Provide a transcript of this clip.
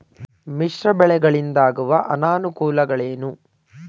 ಮಿಶ್ರ ಬೆಳೆಗಳಿಂದಾಗುವ ಅನುಕೂಲಗಳೇನು?